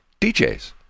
DJs